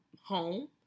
home